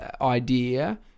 idea